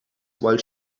while